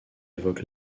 évoque